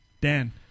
Dan